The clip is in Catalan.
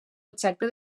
objecte